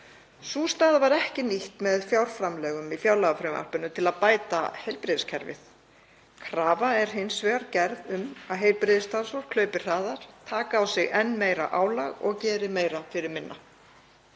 Sú staða var ekki nýtt með fjárframlögum í fjárlagafrumvarpinu til að bæta heilbrigðiskerfið. Krafa er hins vegar gerð um að heilbrigðisstarfsfólk hlaupi hraðar, taki á sig enn meira álag og geri meira fyrir minna.